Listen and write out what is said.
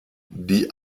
die